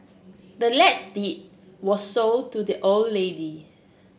the land's deed was sold to the old lady